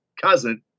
cousin